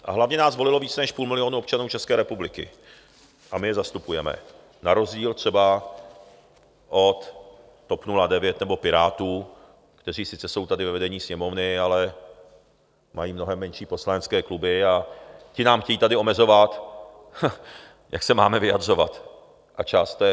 A hlavně nás volilo víc než půl milionu občanů České republiky a my je zastupujeme, na rozdíl třeba od TOP 09 nebo Pirátů, kteří sice jsou tady ve vedení Sněmovny, ale mají mnohem menší poslanecké kluby, a ti nám chtějí tady omezovat, jak se máme vyjadřovat, a čas.